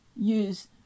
use